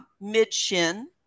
mid-shin